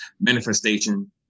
Manifestation